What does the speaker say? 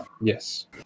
yes